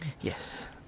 Yes